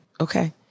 Okay